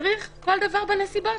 צריך כל דבר בנסיבות.